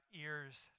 ears